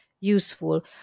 useful